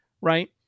Right